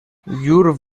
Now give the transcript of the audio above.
llur